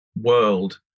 world